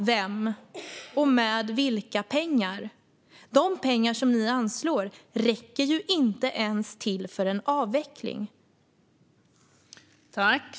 De pengar ni anslår räcker ju inte ens till avvecklingen.